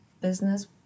business